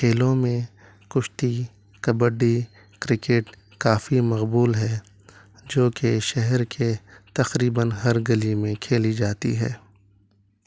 کھیلوں میں کشتی کبڈی کرکٹ کافی مقبول ہے جو کہ شہر کے تقریبا ہر گلی میں کھیلی جاتی ہے